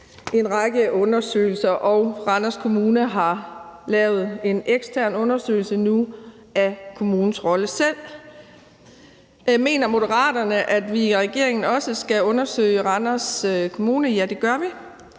en række undersøgelser, og Randers Kommune har nu lavet en ekstern undersøgelse af kommunens egen rolle. Mener Moderaterne, at vi i regeringen også skal undersøge Randers Kommune? Ja, det gør vi.